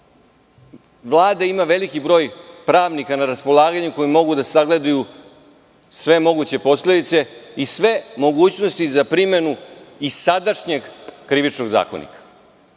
Vlada ima veliki broj pravnika na raspolaganju koji mogu da sagledaju sve moguće posledice i sve mogućnosti za primenu i sadašnjeg Krivičnog zakonika.